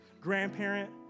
grandparent